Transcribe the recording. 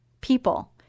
people